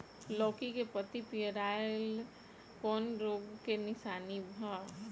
लौकी के पत्ति पियराईल कौन रोग के निशानि ह?